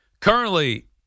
Currently